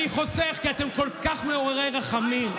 אני חוסך, כי אתם כל כך מעוררי רחמים.